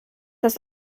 das